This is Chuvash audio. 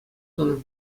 тунӑ